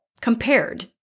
compared